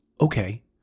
okay